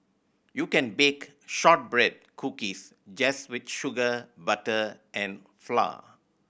you can bake shortbread cookies just with sugar butter and flour